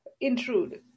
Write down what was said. intrude